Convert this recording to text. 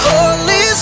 Holy